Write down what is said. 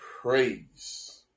praise